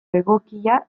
egokia